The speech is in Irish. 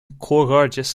comhghairdeas